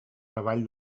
davall